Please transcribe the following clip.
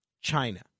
China